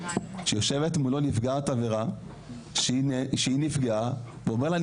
שיושבת מולו נפגעת עבירה שהיא נפגעה ואומר לה,